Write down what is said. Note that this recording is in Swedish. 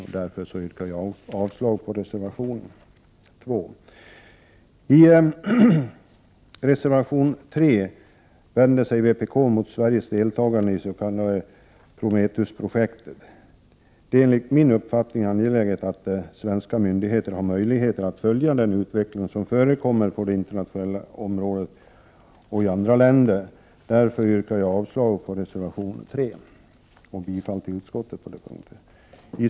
Jag yrkar därför avslag på reservation 2. I reservation 3 vänder sig vpk mot Sveriges deltagande i det s.k. Prometheusprojektet. Det är enligt min uppfattning angeläget att svenska myndigheter har möjlighet att följa den utveckling som förekommer på det informationstekniska området i andra länder. Däför yrkar jag avslag på reservation 3 och bifall till utskottets hemställan på den punkten.